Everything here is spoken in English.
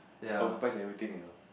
over price everything you know